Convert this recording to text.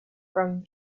from